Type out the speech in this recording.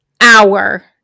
hour